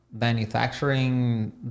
manufacturing